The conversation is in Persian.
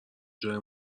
جای